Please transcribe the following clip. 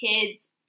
kids